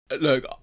Look